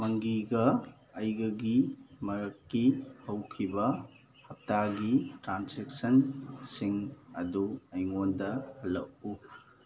ꯃꯪꯒꯤꯒ ꯑꯩꯒꯒꯤ ꯃꯔꯛꯀꯤ ꯍꯧꯈꯤꯕ ꯍꯞꯇꯥꯒꯤ ꯇ꯭ꯔꯥꯟꯁꯦꯛꯁꯟ ꯁꯤꯡ ꯑꯗꯨ ꯑꯩꯉꯣꯟꯗ ꯎꯠꯂꯛꯎ